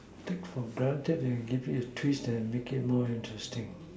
take for granted and give it a twist and make it more interesting